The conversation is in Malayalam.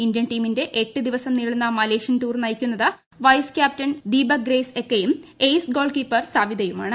ഇന്ത്യൻ ടീമിന്റെ എട്ട് ദിവസം നീളുന്ന മലേഷ്യൻ ടൂർ നയിക്കുന്നത് വൈസ് കൃാപ്റ്റൻ ദീപ് ഗ്രേസ് എക്കയും എയ്സ് ഗോൾ കീപ്പർ സവിതയുമാണ്